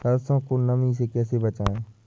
सरसो को नमी से कैसे बचाएं?